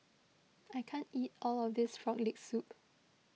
I can't eat all of this Frog Leg Soup